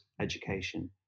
education